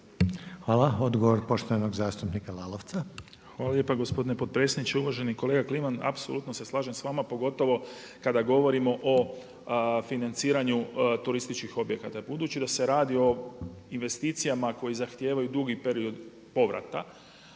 Hvala. Odgovor uvaženog zastupnika Lovrinovića.